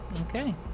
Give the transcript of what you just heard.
Okay